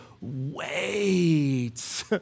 wait